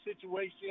situation